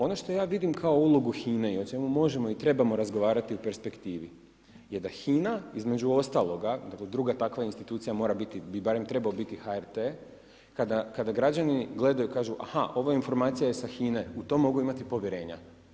Ona što ja vidim kao ulogu HINA-e i o čemu možemo i trebamo razgovarati u perspektivi je da HINA-a između ostaloga, dakle druga takva mora biti ili bi barem trebao biti HRT, kada građani gledaju kažu: aha, ova informacija je sa HINA-e, u to mogu imati povjerenja.